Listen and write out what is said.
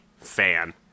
fan